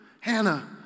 Hannah